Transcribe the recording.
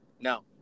no